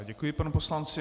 Děkuji panu poslanci.